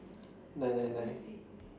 nine nine nine